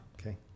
okay